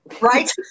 Right